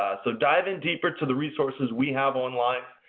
so dive in deeper to the resources we have online.